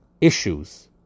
issues